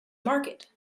market